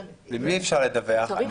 למי אפשר לדווח?